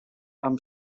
amb